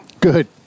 good